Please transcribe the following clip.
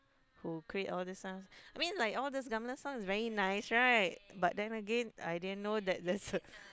who create all these stuff I mean like all these gamelan song is very nice right but then again I didn't know that there's a